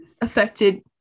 affected